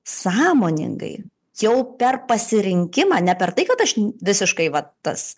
sąmoningai jau per pasirinkimą ne per tai kad aš visiškai vat tas